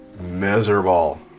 miserable